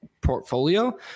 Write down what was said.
portfolio